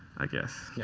i guess. yeah